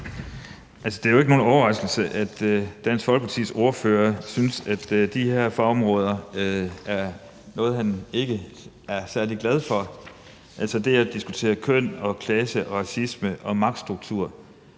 Det er jo ikke nogen overraskelse, at Dansk Folkepartis ordfører synes, at de her fagområder er nogle, han ikke er særlig glad for, altså det at diskutere køn og klasse og racisme og magtstrukturer.